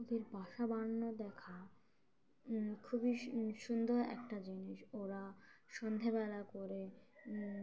ওদের বাসা বানানো দেখা খুবই সুন্দর একটা জিনিস ওরা সন্ধেবেলা করে